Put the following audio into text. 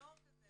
נוער כזה